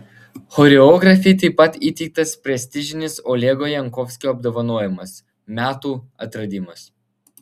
choreografei taip pat įteiktas prestižinis olego jankovskio apdovanojimas metų atradimas